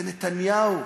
זה נתניהו,